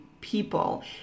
people